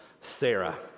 Sarah